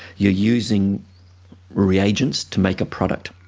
you're using reagents to make a product.